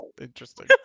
interesting